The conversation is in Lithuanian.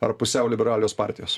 ar pusiau liberalios partijos